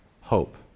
hope